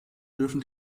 dürfen